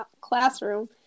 classroom